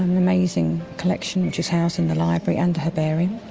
amazing collection which is housed in the library and the herbarium.